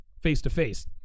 face-to-face